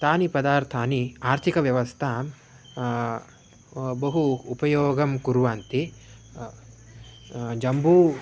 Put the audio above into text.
तानि पदार्थानि आर्थिकव्यवस्थां बहु उपयोगं कुर्वन्ति जम्बू